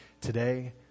today